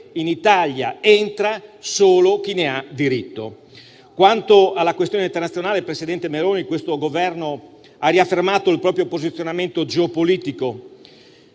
in Italia entra solo chi ne ha diritto. Quanto alla questione internazionale, presidente Meloni, questo Governo ha riaffermato il proprio posizionamento geopolitico,